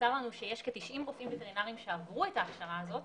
נמסר לנו שיש כ-90 רופאים וטרינרים שעברו את ההכשרה הזו,